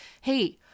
hey